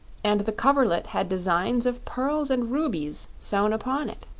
and the coverlet had designs of pearls and rubies sewed upon it.